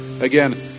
again